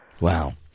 Wow